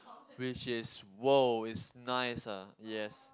which is !woah! it's nice ah yes